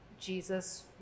Jesus